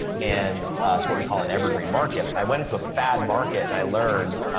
and it's what we call an evergreen market. i went into a fad market and i learned